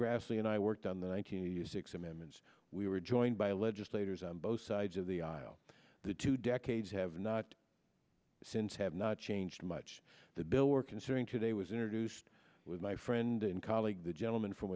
grassley and i worked on the one hundred eighty six amendments we were joined by legislators on both sides of the aisle the two decades have not since have not changed much the bill we're considering today was introduced with my friend and colleague the gentleman from